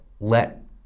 Let